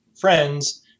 friends